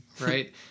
right